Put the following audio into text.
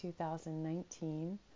2019